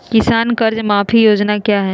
किसान कर्ज माफी योजना क्या है?